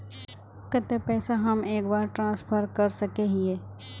केते पैसा हम एक बार ट्रांसफर कर सके हीये?